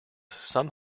some